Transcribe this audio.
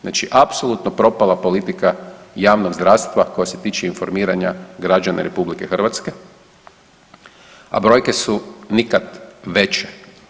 Znači apsolutno propala politika javnog zdravstva koja se tiče informiranja građana RH, a brojke su nikad veće.